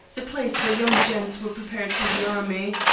a place where young gents were prepared for the army.